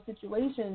situations